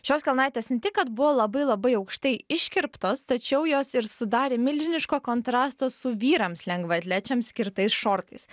šios kelnaitės ne tik kad buvo labai labai aukštai iškirptos tačiau jos ir sudarė milžiniško kontrasto su vyrams lengvaatlečiams skirtais šortais